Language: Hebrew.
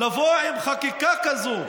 לבוא עם חקיקה כזאת,